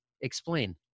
Explain